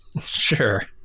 Sure